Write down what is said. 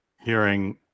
hearing